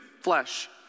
flesh